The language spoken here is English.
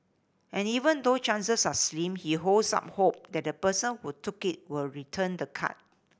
and even though chances are slim he holds out hope that the person who took it will return the card